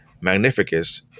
Magnificus